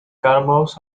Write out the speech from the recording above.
caramels